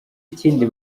ikindi